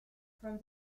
from